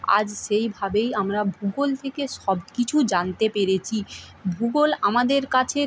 আজ সেইভাবেই আমরা ভূগোল থেকে সব কিছু জানতে পেরেচি ভূগোল আমাদের কাছে